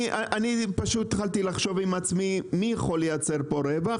אני פשוט התחלתי לחשוב עם עצמי מי יכול להתחיל לייצר פה רווח.